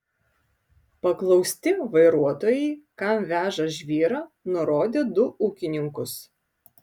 paklausti vairuotojai kam veža žvyrą nurodė du ūkininkus